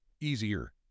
easier